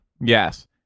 Yes